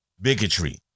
bigotry